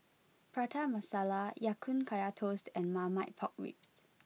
Prata Masala Ya Kun Kaya Toast and Marmite Pork Ribs